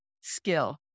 skill